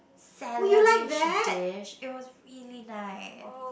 salad dish dish it was really nice